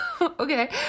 okay